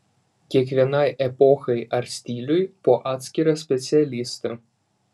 kiekvienai epochai ar stiliui po atskirą specialistą